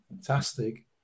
fantastic